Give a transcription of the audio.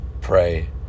pray